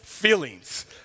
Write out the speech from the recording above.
feelings